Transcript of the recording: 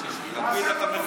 נו, נו, נו.